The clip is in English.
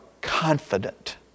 confident